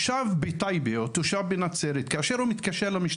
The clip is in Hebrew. הנציגים שלהם נמצאים כאן כגורם מתכלל לכל החלטה 549,